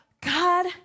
God